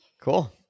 Cool